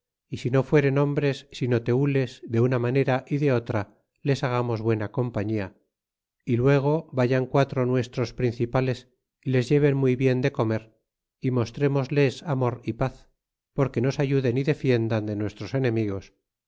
y si no fueren hombres sino tenles de una manera y de otra les hagamos ceo que nos vienen buena compañia y luego vayan quatro nuestros principales y les lleven muy bien de comer y mostrémosles amor y paz porque nos ayuden y defiendan de nuestros enemigos